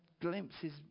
glimpses